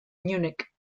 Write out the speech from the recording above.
munich